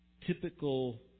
typical